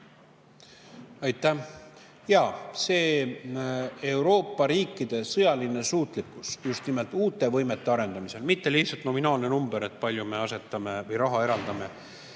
Aitäh! Jaa, see Euroopa riikide sõjaline suutlikkus just nimelt uute võimete arendamisel, mitte lihtsalt nominaalne number, kui palju me raha eraldame.